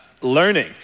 learning